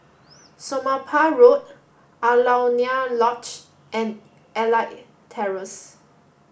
Somapah Road Alaunia Lodge and Elite Terrace